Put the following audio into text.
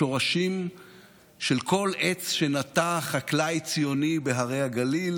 השורשים של כל עץ שנטע חקלאי ציוני בהרי הגליל